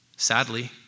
Sadly